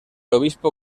obispo